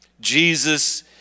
jesus